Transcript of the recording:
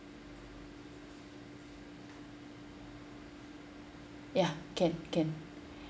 ya can can